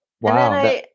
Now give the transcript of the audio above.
Wow